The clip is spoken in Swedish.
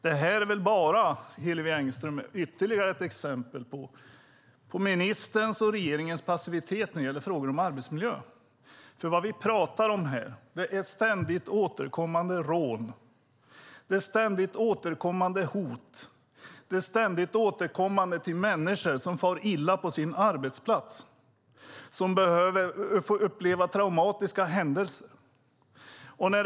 Det här är väl bara, Hillevi Engström, ytterligare ett exempel på ministerns och regeringens passivitet när det gäller frågor om arbetsmiljö? Vad vi pratar om är ständigt återkommande rån och hot. Människor far illa på sina arbetsplatser och får uppleva traumatiska händelser.